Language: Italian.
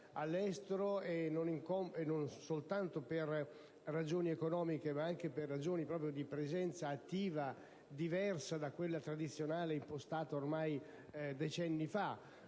all'estero, e non soltanto per ragioni economiche, ma anche per ragioni di presenza attiva, diversa da quella tradizionale impostata ormai decenni fa.